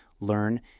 learn